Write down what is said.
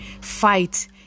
fight